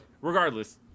regardless